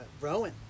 Rowan